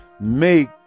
make